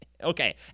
Okay